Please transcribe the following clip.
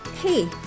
Hey